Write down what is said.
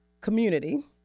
community